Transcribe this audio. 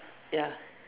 ya